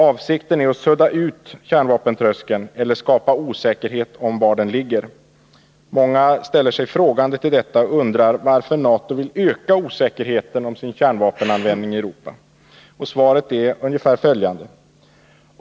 Avsikten är att sudda ut kärnvapentröskeln eller skapa osäkerhet om var den ligger. Många ställer sig frågande inför detta och undrar varför NATO vill öka osäkerheten om sin kärnvapenanvändning i Europa. Svaret är ungefär följande.